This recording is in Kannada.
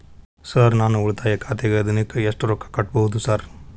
ಸರ್ ನಾನು ಉಳಿತಾಯ ಖಾತೆಗೆ ದಿನಕ್ಕ ಎಷ್ಟು ರೊಕ್ಕಾ ಕಟ್ಟುಬಹುದು ಸರ್?